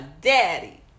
daddy